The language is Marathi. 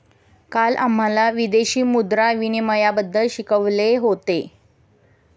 काल आम्हाला विदेशी मुद्रा विनिमयबद्दल शिकवले होते